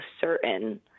certain